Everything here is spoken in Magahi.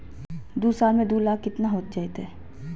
दू साल में दू लाख केतना हो जयते?